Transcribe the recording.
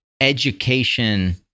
education